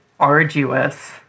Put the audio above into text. arduous